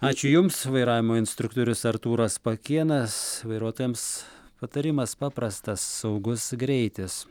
ačiū jums vairavimo instruktorius artūras pakėnas vairuotojams patarimas paprastas saugus greitis